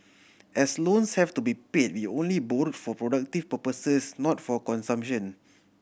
as loans have to be paid we only borrowed for productive purposes not for consumption